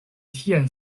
tian